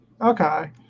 Okay